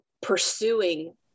pursuing